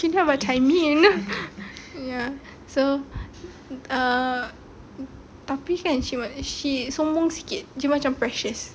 you know what I mean ya so ah tapi kan she sombong sikit dia macam precious